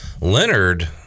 Leonard